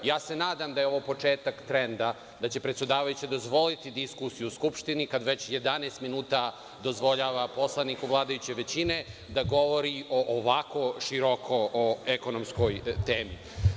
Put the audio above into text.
Nadam se da je ovo početak trenda da će predsedavajuća dozvoliti diskusiju u Skupštini, kada već 11 minuta dozvoljava poslaniku vladajuće većine da govori ovako široko o ekonomskoj temi.